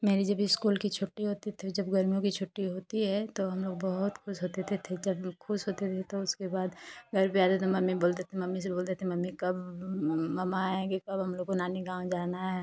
मेरी जब स्कूल की छुट्टी होती थी जब गर्मियों की छुट्टी होती है तो हमलोग बहुत ख़ुश होते थे जब ख़ुश होते थे तो उसके बाद घर पर आते थे मम्मी बोलते थे मम्मी से बोलते थे मम्मी कब मामा आएँगे कब हमलोग को नानी के गाँव जाना है